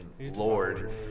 lord